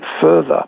further